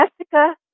Jessica